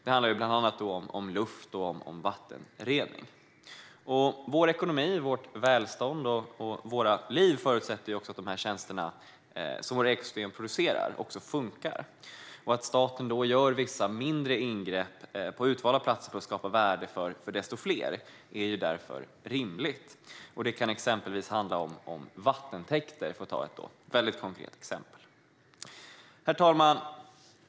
Det handlar bland annat om luft och om vattenrening. Vår ekonomi, vårt välstånd och våra liv förutsätter att de tjänster som våra ekosystem producerar faktiskt funkar. Att staten gör vissa mindre ingrepp på utvalda platser för att skapa värde för fler är därför rimligt. Det kan handla om vattentäkter, för att ta ett väldigt konkret exempel. Herr talman!